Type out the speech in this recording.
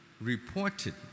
reported